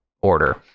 order